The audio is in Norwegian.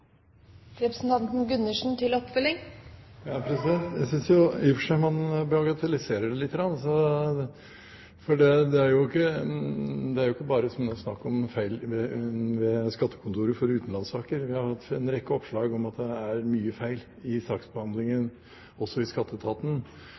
man bagatelliserer det lite grann, for det er jo ikke bare snakk om feil ved Sentralskattekontoret for utenlandssaker – vi har hatt en rekke oppslag om at det er mye feil i saksbehandlingen